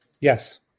Yes